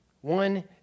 one